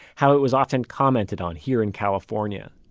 how it was often commented on here in california.